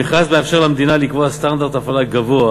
המכרז מאפשר למדינה לקבוע סטנדרט הפעלה גבוה